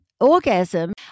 Orgasm